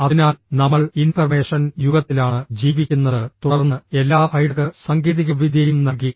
അതിനാൽ നമ്മൾ ഇൻഫർമേഷൻ യുഗത്തിലാണ് ജീവിക്കുന്നത് തുടർന്ന് എല്ലാ ഹൈടെക് സാങ്കേതികവിദ്യയും നൽകി